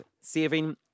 saving